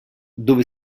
dove